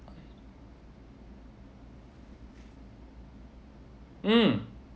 mm